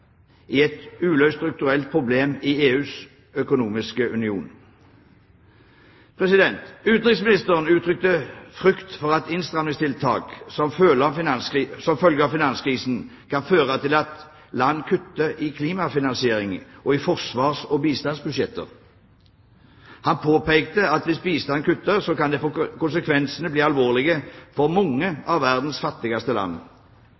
i et uløst strukturelt problem i EUs økonomiske union. Utenriksministeren uttrykte frykt for at innstrammingstiltak som følge av finanskrisen kan føre til at land kutter i klimafinansieringen og i forsvars- og bistandsbudsjetter. Han påpekte at hvis bistand kuttes, kan konsekvensene bli alvorlige for mange av verdens fattigste land.